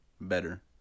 better